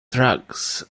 drugs